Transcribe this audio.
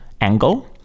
angle